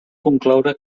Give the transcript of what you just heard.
concloure